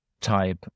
type